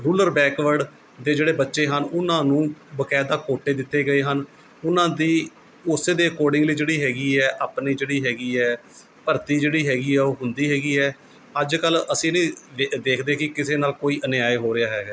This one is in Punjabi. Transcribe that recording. ਰੂਲਰ ਬੈਕਵਰਡ ਦੇ ਜਿਹੜੇ ਬੱਚੇ ਹਨ ਉਹਨਾਂ ਨੂੰ ਬਕਾਇਦਾ ਕੋਟੇ ਦਿੱਤੇ ਗਏ ਹਨ ਉਨ੍ਹਾਂ ਦੀ ਉਸੇ ਦੇ ਅਕੋਡਿੰਗਲੀ ਜਿਹੜੀ ਹੈਗੀ ਹੈ ਆਪਣੀ ਜਿਹੜੀ ਹੈਗੀ ਹੈ ਭਰਤੀ ਜਿਹੜੀ ਹੈਗੀ ਹੈ ਉਹ ਹੁੰਦੀ ਹੈਗੀ ਹੈ ਅੱਜ ਕੱਲ੍ਹ ਅਸੀਂ ਨਹੀਂ ਵੇ ਦੇਖਦੇ ਕਿ ਕਿਸੇ ਨਾਲ ਕੋਈ ਅਨਿਆਏ ਹੋ ਰਿਹਾ ਹੈਗਾ